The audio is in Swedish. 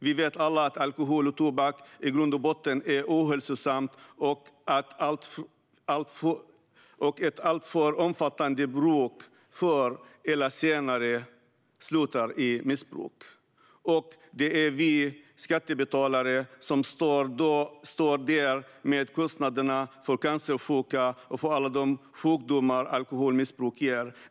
Vi vet alla att alkohol och tobak i grund och botten är ohälsosamt och att ett alltför omfattande bruk förr eller senare slutar i missbruk. Och det är vi skattebetalare som står där med kostnaderna för cancersjuka och för alla de sjukdomar som alkoholmissbruk orsakar.